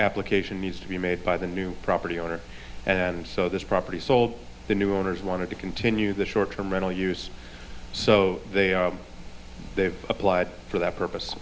application needs to be made by the new property owner and so this property sold the new owners want to continue the short term rental use so they are they've applied for that